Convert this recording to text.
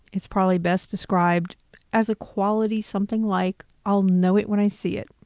it's probably best described as a quality, something like, i'll know it when i see it.